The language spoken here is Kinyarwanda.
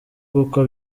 gukwa